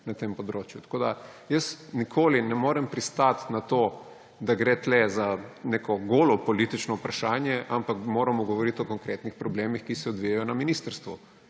na tem področju. Tako jaz nikoli ne morem pristati na to, da gre tukaj za neko golo politično vprašanje, ampak moramo govoriti o konkretnih problemih, ki se odvijajo na ministrstvu,